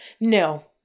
No